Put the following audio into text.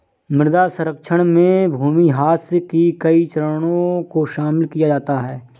मृदा क्षरण में भूमिह्रास के कई चरणों को शामिल किया जाता है